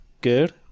good